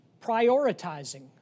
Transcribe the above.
prioritizing